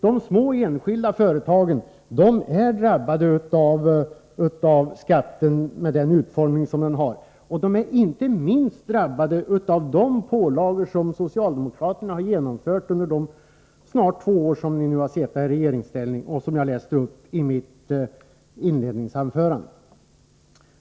De små enskilda företagen är drabbade av skatten, med den utformning som den har, och de är inte minst drabbade av de pålagor som socialdemokraterna har genomfört under de snart två år som de nu har suttit i regeringsställning, vilket jag påpekade i mitt inledningsanförande.